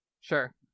sure